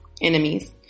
enemies